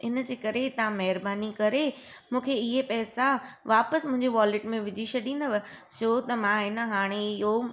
इनजे करे तव्हां महिरबानी करे मूंखे इहा पैसा वापसि मुंहिंजे वॉलेट में विझी छॾींदव छो त मां हिन हाणे इहो